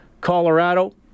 Colorado